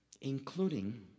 including